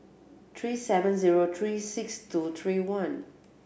three seven zero three six two three one